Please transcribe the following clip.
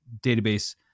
database